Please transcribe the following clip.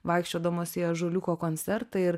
vaikščiodamos į ąžuoliuko koncertą ir